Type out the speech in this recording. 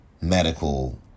medical